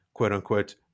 quote-unquote